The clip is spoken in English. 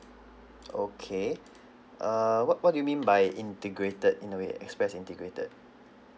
okay err what what do you mean by integrated in a way express integrated